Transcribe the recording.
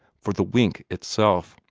for the wink itself.